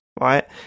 right